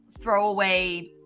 throwaway